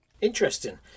Interesting